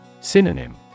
Synonym